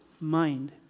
mind